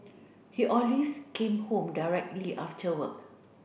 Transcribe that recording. he always came home directly after work